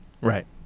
Right